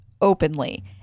openly